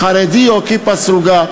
חרדי או כיפה סרוגה,